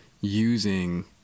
using